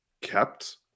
kept